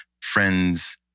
friends